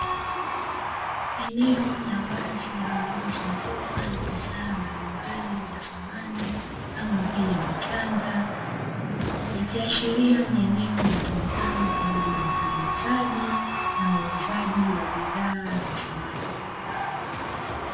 Eneo la wazi lililozungukwa na bidhaa mbalimbali za samani kama vile vitanda, ikiashiria ni eneo litumikalo kwa ajili utengenezaji na uuzaji wa bidhaa za samani.